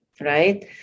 right